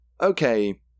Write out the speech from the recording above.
Okay